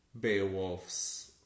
Beowulf's